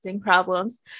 problems